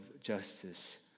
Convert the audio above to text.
justice